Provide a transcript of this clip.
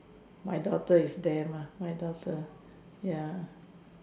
my daughter is there mah my daughter ya